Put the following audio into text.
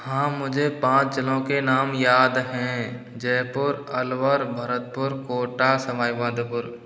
हाँ मुझे पाँच ज़िलों के नाम याद हैं जयपुर अलवर भरतपुर कोटा सवाई माधोपुर